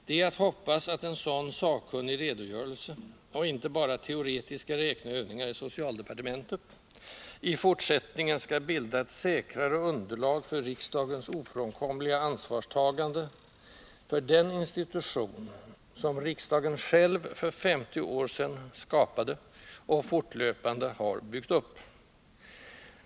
Det är att hoppas att en sådan sakkunnig redogörelse — och inte bara teoretiska räkneövningar i socialdepartementet — i fortsättningen skall bilda ett säkrare underlag för riksdagens ofrånkomliga ansvarstagande för den institution som riksdagen själv för 50 år sedan skapade och därefter fortlöpande har byggt upp.